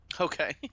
Okay